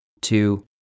two